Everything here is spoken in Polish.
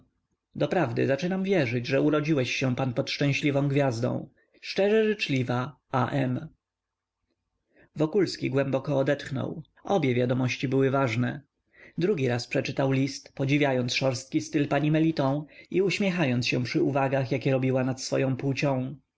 doprawdy zaczynam wierzyć że urodziłeś się pan pod szczęśliwą gwiazdą szczerze życzliwa wokulski głęboko odetchnął obie wiadomości były ważne drugi raz przeczytał list podziwiając szorstki styl pani meliton i uśmiechając się przy uwagach jakie robiła nad swoją płcią